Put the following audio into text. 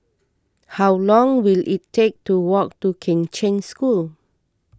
how long will it take to walk to Kheng Cheng School